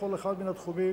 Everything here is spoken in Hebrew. בכל אחד מהתחומים